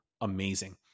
amazing